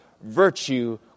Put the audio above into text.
virtue